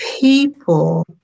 people